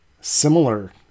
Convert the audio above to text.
Similar